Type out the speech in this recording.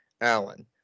Allen